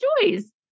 choice